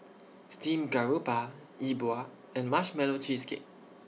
Steamed Garoupa Yi Bua and Marshmallow Cheesecake